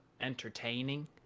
entertaining